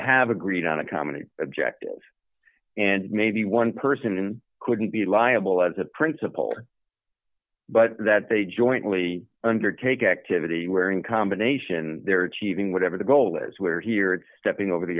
have agreed on a common objective and maybe one person couldn't be liable as a principle but that they jointly undertake activity where in combination they're achieving whatever the goal is where here it's stepping over